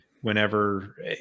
whenever